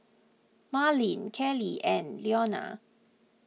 Marleen Kellie and Ilona